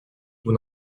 vous